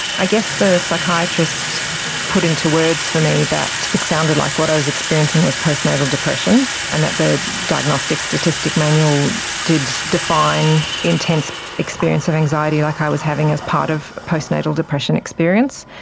i guess the psychiatrist put into words for me that it sounded like what i was experiencing was post-natal depression and that the diagnostic statistic manual did define intense experience of anxiety like i was having as part of post-natal depression experience.